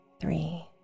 three